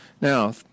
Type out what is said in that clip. Now